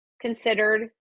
considered